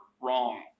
wrong